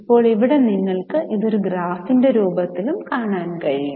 ഇപ്പോൾ ഇവിടെ നിങ്ങൾക്ക് ഇത് ഒരു ഗ്രാഫിന്റെ രൂപത്തിലും കാണാൻ കഴിയും